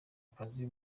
akazi